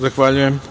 Zahvaljujem.